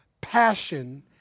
passion